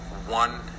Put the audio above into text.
one